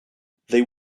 they